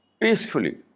peacefully